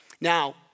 Now